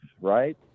right